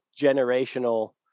generational